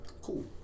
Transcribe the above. Cool